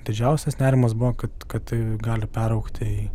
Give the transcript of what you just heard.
didžiausias nerimas buvo kad kad tai gali peraugti į